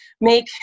make